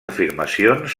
afirmacions